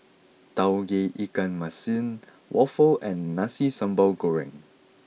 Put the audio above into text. Tauge Ikan Masin Waffle and Nasi Sambal Goreng